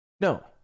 No